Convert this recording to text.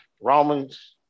Romans